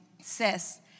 says